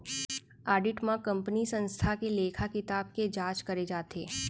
audit म कंपनीय संस्था के लेखा किताब के जांच करे जाथे